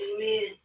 Amen